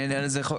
אני אענה על זה,